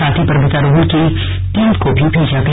साथ ही पर्वतारोहण की टीम को भी भेजा गया